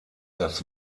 das